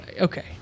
okay